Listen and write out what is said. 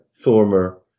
former